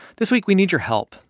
this week, we need your help.